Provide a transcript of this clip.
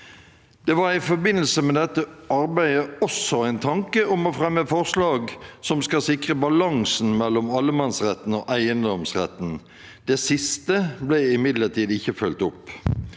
Det var i forbindelse med dette arbeidet også en tanke om å fremme forslag som skal sikre balansen mellom allemannsretten og eiendomsretten. Det siste ble imidlertid ikke fulgt opp.